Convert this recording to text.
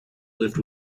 lived